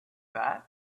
that